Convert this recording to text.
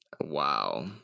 Wow